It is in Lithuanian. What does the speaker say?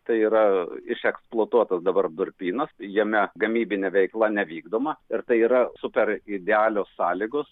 tai yra išeksploatuotas dabar durpynas jame gamybinė veikla nevykdoma ir tai yra super idealios sąlygos